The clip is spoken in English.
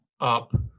up